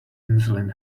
insulin